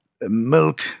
Milk